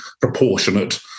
proportionate